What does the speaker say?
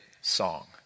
song